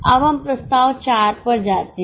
अब हम प्रस्ताव 4 पर जाते हैं